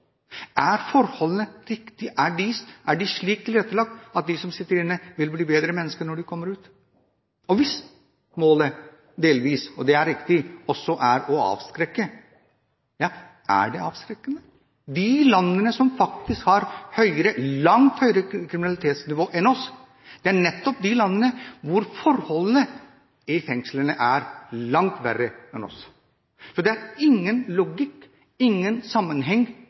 Er forholdene riktige? Er det slik tilrettelagt at de som sitter inne, vil bli bedre mennesker når de kommer ut? Og hvis målet delvis også er å avskrekke, er det avskrekkende? De landene som faktisk har langt høyere kriminalitetsnivå enn oss, er nettopp de landene hvor forholdene i fengslene er langt verre enn hos oss, så det er ingen logikk i eller sammenheng